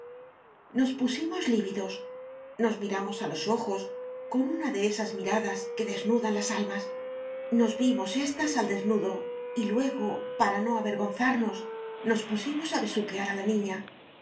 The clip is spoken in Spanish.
nos pusimos lívidos nos miramos a los ojos con una de esas miradas que desnudan las almas nos vimos éstas al desnudo y luego para no avergonzarnos nos pusimos a besuquear a la niña y alguno de